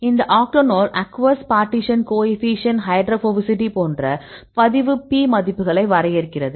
இது octanol aqueous partition coefficient hydrophobicity போன்ற பதிவு P மதிப்புகளை வரையறுக்கிறது